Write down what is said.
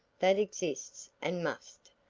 that exists and must,